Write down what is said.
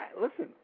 Listen